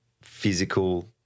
physical